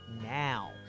now